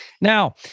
Now